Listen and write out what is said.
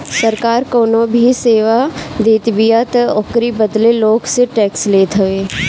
सरकार कवनो भी सेवा देतबिया तअ ओकरी बदले लोग से टेक्स लेत हवे